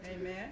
Amen